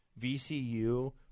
VCU